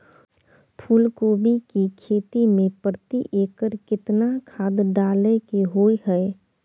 फूलकोबी की खेती मे प्रति एकर केतना खाद डालय के होय हय?